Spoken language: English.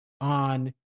on